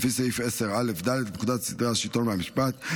לפי סעיף 10א(ד) לפקודת סדרי השלטון והמשפט,